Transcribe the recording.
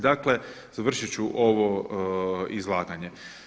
Dakle, završit ću ovo izlaganje.